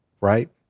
right